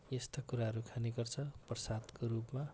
यस्तो कुराहरू खाने गर्छ प्रसादको रूपमा